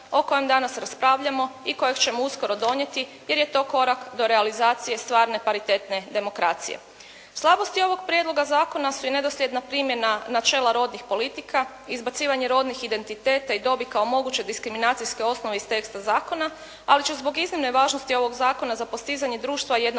o kojem danas raspravljamo i kojeg ćemo uskoro donijeti jer je to korak do realizacije stvarne paritetne demokracije. Slabosti ovog prijedloga zakona su i nedosljedna primjena načela rodnih politika, izbacivanje rodnih identiteta i dobi kao moguće diskriminacijske osnove iz teksta zakona ali će zbog iznimne važnosti ovog zakona za postizanje društva